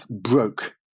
broke